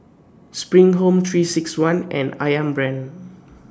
SPRING Home three six one and Ayam Brand